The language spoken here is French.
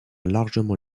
largement